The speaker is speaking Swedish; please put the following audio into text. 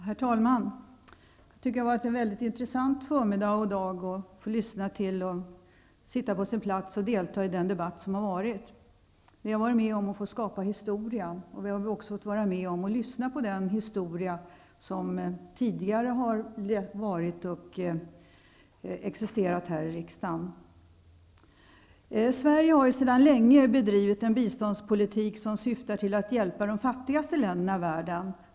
Herr talman! Jag tycker att det har varit mycket intressant att sitta på min plats och lyssna till den debatt som har förts här i dag. Vi har varit med om att skapa historia, och vi har också fått en redovisning för den tidigare historien här i riksdagen. Sverige har ju sedan länge bedrivit en biståndspolitik som syftar till att hjälpa de fattigaste länderna i världen.